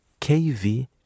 kv